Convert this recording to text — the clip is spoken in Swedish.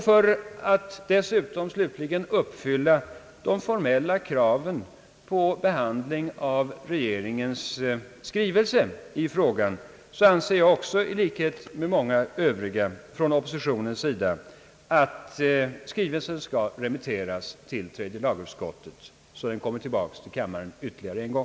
För att dessutom uppfylla de formella kraven på behandlingen av regeringens skrivelse i frågan anser jag, i likhet med många övriga från oppositionen, att skrivelsen skall remitteras till tredje lagutskottet, så att den återkommer till riksdagen.